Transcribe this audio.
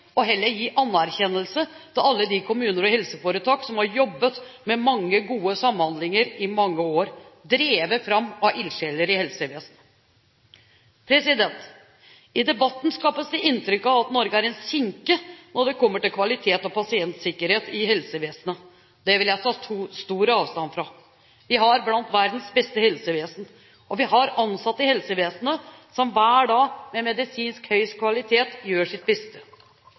og heller gi anerkjennelse til alle de kommuner og helseforetak som har jobbet med mange gode samhandlinger i mange år, drevet fram av ildsjeler i helsevesenet. I debatten skapes det inntrykk av at Norge er en sinke når det kommer til kvalitet og pasientsikkerhet i helsevesenet. Det vil jeg ta stor avstand fra. Vi er blant dem som har verdens beste helsevesen. Og vi har ansatte i helsevesenet som hver dag, med medisinsk høy kvalitet, gjør sitt beste.